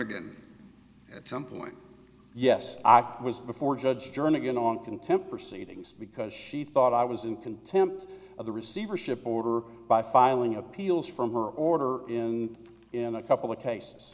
again at some point yes i was before judge jernigan on contempt proceedings because she thought i was in contempt of the receivership order by filing appeals from or order and in a couple of cases